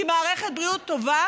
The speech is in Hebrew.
כי מערכת בריאות טובה